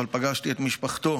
אבל פגשתי את משפחתו